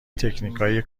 تکنیکهای